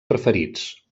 preferits